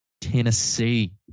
Tennessee